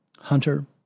Hunter